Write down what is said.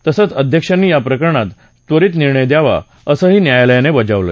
तसंच अध्यक्षांनी या प्रकरणात त्वरीत निर्णय द्यावा असंही न्यायालयानं बजावलं